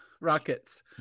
Rockets